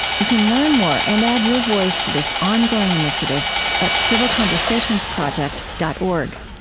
you can learn more and add your voice to this ongoing initiative at civilconversationsproject dot org.